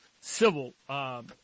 civil